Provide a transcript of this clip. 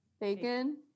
Bacon